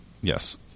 Yes